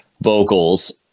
vocals